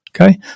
okay